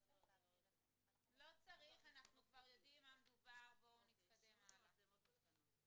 ננסח: שימוש במצלמות מותקנות.